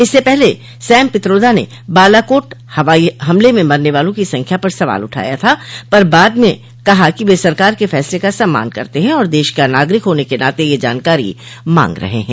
इससे पहले सैम पित्रोदा ने बालाकोट हवाई हमले में मरने वालों की संख्या पर सवाल उठाया था पर बाद में कहा कि वे सरकार के फैसले का सम्मान करते ह और देश का नागरिक होने के नाते ये जानकारी मांग रहे है